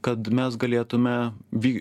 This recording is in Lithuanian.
kad mes galėtume vy